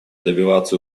добиваться